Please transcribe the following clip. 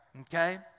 Okay